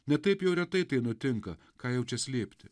ne taip jau retai tai nutinka ką jau čia slėpti